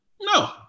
No